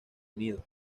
unido